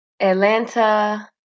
Atlanta